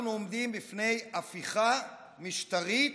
אנחנו עומדים בפני הפיכה משטרית